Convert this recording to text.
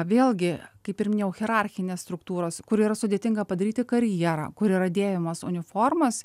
vėlgi kaip ir minėjau hierarchinės struktūros kur yra sudėtinga padaryti karjerą kur yra dėvimos uniformos